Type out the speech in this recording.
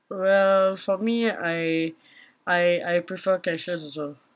well for me I I I prefer cashless also